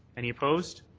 any opposed?